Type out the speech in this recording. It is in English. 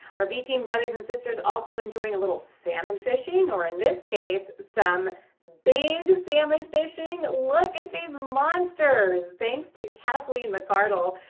our v team brothers and sisters also enjoy a little salmon fishing or. in this case. some big salmon fishing, look at these monsters. thanks to kathleen mccardle,